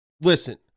listen